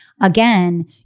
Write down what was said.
again